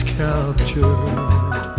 captured